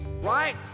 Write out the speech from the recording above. Right